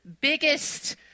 biggest